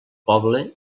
poble